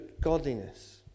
godliness